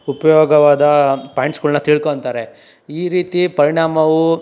ಉಪಯೋಗವಾದ ಪಾಯಿಂಟ್ಸ್ಗಳನ್ನ ತಿಳ್ಕೊಳ್ತಾರೆ ಈ ರೀತಿ ಪರಿಣಾಮವು